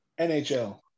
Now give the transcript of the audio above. NHL